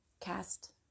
cast